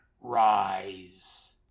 rise